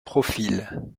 profils